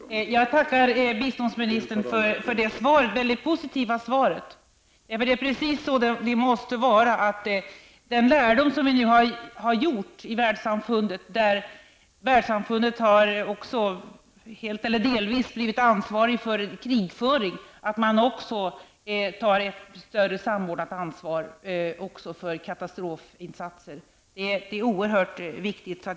Herr talman! Jag tackar biståndsministern för det positiva svaret. Den lärdom som vi har fått i världssamfundet, när det helt eller delvis blivit ansvarigt för krigföring, gäller också för att skapa ett större samordningsansvar för katastrofinsatser. Det är oerhört viktigt.